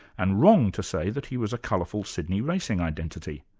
and wrong to say that he was a colourful sydney racing identity,